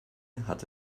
hatte